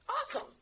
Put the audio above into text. Awesome